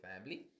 family